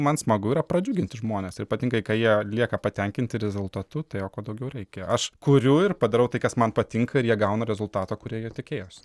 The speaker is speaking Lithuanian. man smagu yra pradžiuginti žmones ir ypatingai kai jie lieka patenkinti rezultatu tai o ko daugiau reikia aš kuriu ir padarau tai kas man patinka ir jie gauna rezultatą kurio jie tikėjosi